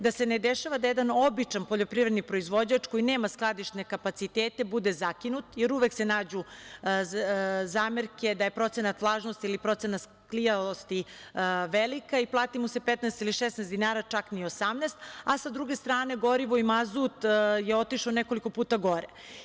Da se ne dešava da jedan običan poljoprivredni proizvođač koji nema skladišne kapacitete bude zakinut, jer uvek se nađu zamerke da je procenat vlažnosti ili procenat klijanja veliki i plati mu se 15 ili 16 dinara, čak ni 18, a sa druge strane gorivo i mazut je otišao nekoliko puta gore.